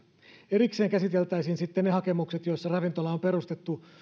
erikseen käsiteltäisiin sitten ne hakemukset joissa ravintola on perustettu